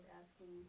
asking